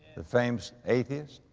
the famous atheist.